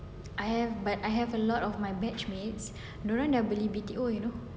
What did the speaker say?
I have but I have a lot of my batch mates dia orang dah beli B_T_O you know